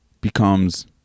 becomes